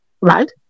Right